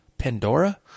Pandora